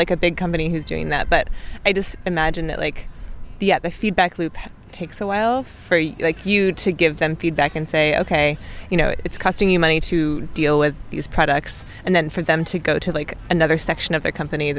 like a big company who's doing that but i just imagine that like the feedback loop takes a while for you to give them feedback and say ok you know it's costing you money to deal with these products and then for them to go to like another section of the company